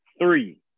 three